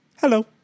Hello